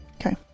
Okay